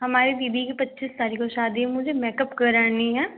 हमारी दीदी की पच्चीस तारिख को शादी है मुझे मेकअप कराना है